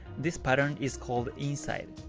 this pattern is called inside.